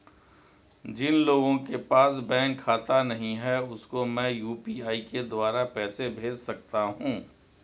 जिन लोगों के पास बैंक खाता नहीं है उसको मैं यू.पी.आई के द्वारा पैसे भेज सकता हूं?